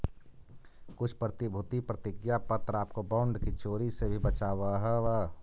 कुछ प्रतिभूति प्रतिज्ञा पत्र आपको बॉन्ड की चोरी से भी बचावअ हवअ